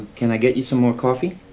can i get you some more coffee?